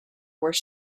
where